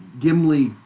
Gimli